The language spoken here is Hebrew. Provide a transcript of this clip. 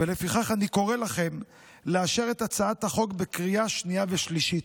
ולפיכך אני קורא לכם לאשר את הצעת החוק בקריאה שנייה ושלישית.